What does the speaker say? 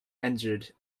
injured